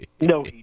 No